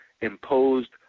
imposed